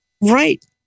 right